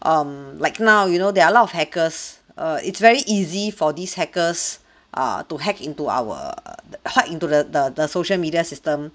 um like now you know there are a lot of hackers err it's very easy for these hackers err to hack into our the hack into the the the social media system